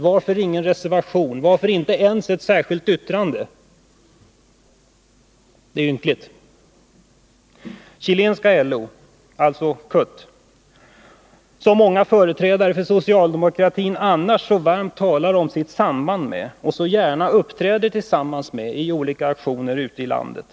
Varför finns det inte någon reservation eller ens ett särskilt yttrande? Det är ynkligt. Många företrädare för socialdemokratin talar varmt om sitt samband med chilenska LO, CUT. Socialdemokraterna uppträder också gärna tillsammans med CUT i olika aktioner ute i landet.